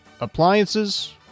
appliances